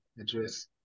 address